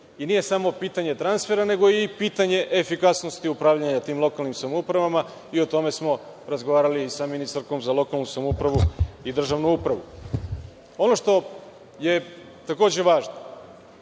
Nije samo pitanje transfera nego i pitanje efikasnosti upravljanja tim lokalnim samoupravama. O tome smo i razgovarali sa ministarkom za lokalnu samoupravu i državnu upravu. Ono što je takođe važno,